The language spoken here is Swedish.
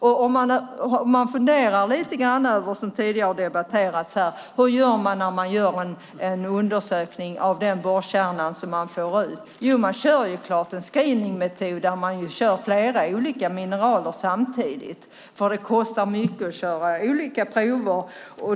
Man kan fundera lite grann över det som tidigare har debatterats här, hur man gör undersökningen av den borrkärna som man får upp. Man använder så klart en screeningmetod där man kör flera olika mineraler samtidigt, för det kostar mycket att köra olika prover.